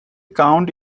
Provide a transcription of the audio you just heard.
count